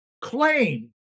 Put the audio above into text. claim